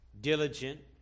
diligent